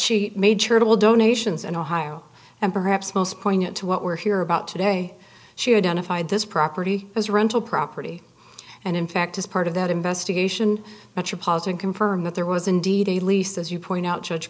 she made sure to all donations and ohio and perhaps most poignant to what we're here about today she identified this property as a rental property and in fact as part of that investigation metropolitan confirm that there was indeed a lease as you point out judge